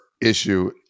issue